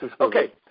okay